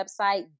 website